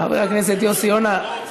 חבר הכנסת יוסי יונה,